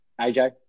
AJ